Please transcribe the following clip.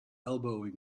elbowing